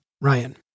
Ryan